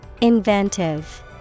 Inventive